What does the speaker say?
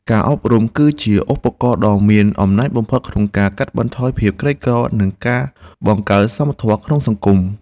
ការអប់រំគឺជាឧបករណ៍ដ៏មានអំណាចបំផុតក្នុងការកាត់បន្ថយភាពក្រីក្រនិងការបង្កើតសមធម៌ក្នុងសង្គម។